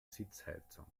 sitzheizung